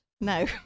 No